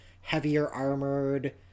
heavier-armored